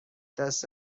دست